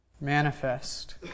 manifest